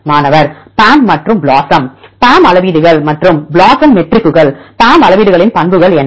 மாணவர் PAM மற்றும் BLOSUM PAM அளவீடுகள் மற்றும் BLOSUM மெட்ரிக்குகள் PAM அளவீடுகளின் பண்புகள் என்ன